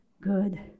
good